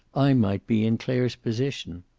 i might be in clare's position.